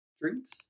drinks